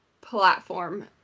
platform